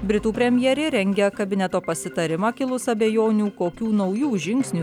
britų premjerė rengia kabineto pasitarimą kilus abejonių kokių naujų žingsnių